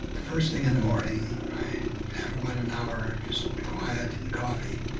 the first thing in the morning, i have about an hour of just quiet and coffee.